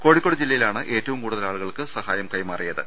കോഴി ക്കോട് ജില്ലയിലാണ് ഏറ്റവും കൂടുതൽ ആളുകൾക്ക് സഹായം കൈമാറി യത്